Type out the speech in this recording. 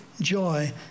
joy